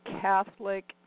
Catholic